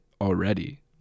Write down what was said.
already